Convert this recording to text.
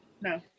No